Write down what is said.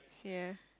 ya